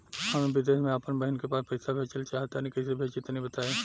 हम विदेस मे आपन बहिन के पास पईसा भेजल चाहऽ तनि कईसे भेजि तनि बताई?